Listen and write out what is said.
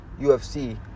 UFC